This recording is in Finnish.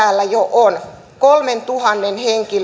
on kolmentuhannen